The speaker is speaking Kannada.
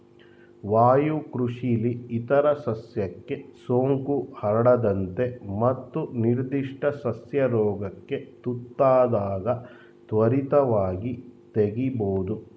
ವಾಯುಕೃಷಿಲಿ ಇತರ ಸಸ್ಯಕ್ಕೆ ಸೋಂಕು ಹರಡದಂತೆ ಮತ್ತು ನಿರ್ಧಿಷ್ಟ ಸಸ್ಯ ರೋಗಕ್ಕೆ ತುತ್ತಾದಾಗ ತ್ವರಿತವಾಗಿ ತೆಗಿಬೋದು